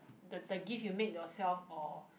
the the gift you make yourself or